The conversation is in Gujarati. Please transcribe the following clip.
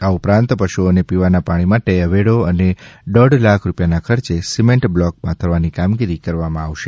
આ ઉપરાંત પશુઓને પીવાના પાણી માટે અવેડો અને દોઢ લાખ રૂપિયાના ખર્ચે સિમેન્ટ બ્લોક પાથરવાની કામગીરી કરવામાં આવશે